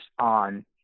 on